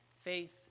faith